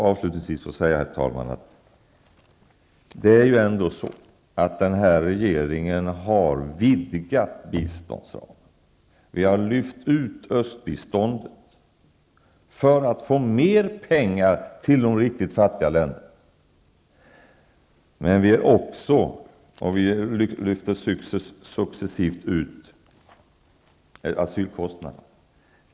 Avslutningsvis vill jag säga att den nuvarande regeringen ändå har vidgat biståndsramen. Vi har lyft ut östbiståndet för att få mer pengar till de riktigt fattiga länderna, och vi lyfter successivt ut asylkostnaderna.